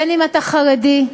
בין שאתה חרדי,